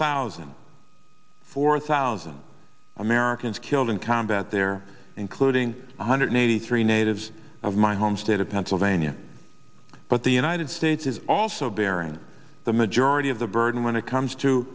thousand four thousand americans killed in combat there including one hundred eighty three natives of my home state of pennsylvania but the united states is also bearing the majority of the bird and when it comes to